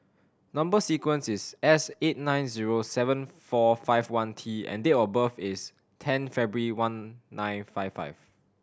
number sequence is S eight nine zero seven four five one T and date of birth is ten February one nine five five